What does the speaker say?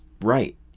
Right